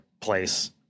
place